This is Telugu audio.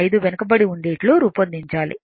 95 వెనుకబడి ఉండేట్లు రూపొందించాలి